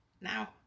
Now